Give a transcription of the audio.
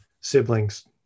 siblings